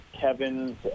Kevin's